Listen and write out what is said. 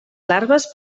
larves